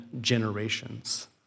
generations